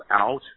out